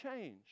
change